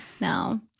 no